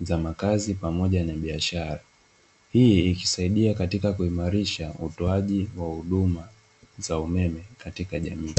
za makazi pamoja na biashara. Hii ikisaidia katika utoaji wa huduma za umeme katika jamii.